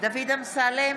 דוד אמסלם,